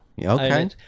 Okay